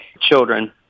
children